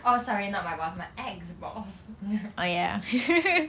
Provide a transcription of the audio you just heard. oh sorry not my boss my ex boss